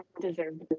deserved